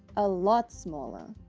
a lot smaller.